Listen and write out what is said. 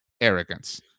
arrogance